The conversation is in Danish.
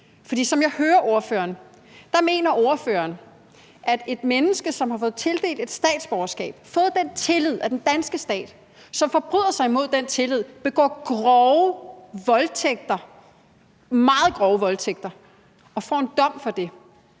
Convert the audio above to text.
For som jeg hører ordføreren, mener ordføreren, at et menneske, som har fået tildelt et statsborgerskab, fået vist den tillid af den danske stat, og som forbryder sig imod den tillid og begår grove – meget grove – voldtægter og får en dom for det,